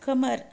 खोमोर